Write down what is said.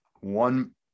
one